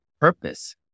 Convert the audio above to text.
purpose